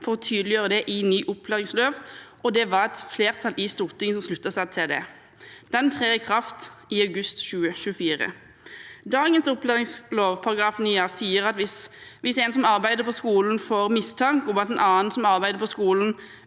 for å tydeliggjøre det i ny opplæringslov, og det var et flertall i Stortinget som sluttet seg til det. Den trer i kraft i august 2024. Dagens opplæringslov, § 9 A, sier at hvis en som arbeider på skolen, får mistanke om at en annen som arbeider på skolen,